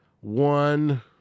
one